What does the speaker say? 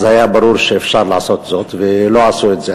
אז היה ברור שאפשר לעשות זאת ולא עשו את זה.